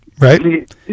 Right